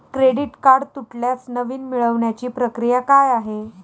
Credit card तुटल्यास नवीन मिळवण्याची प्रक्रिया काय आहे?